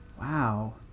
wow